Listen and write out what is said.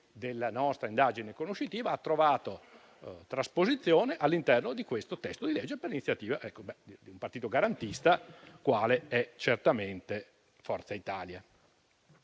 della nostra indagine conoscitiva ha trovato trasposizione all'interno di questo testo di legge per iniziativa di un partito garantista qual è certamente Forza Italia.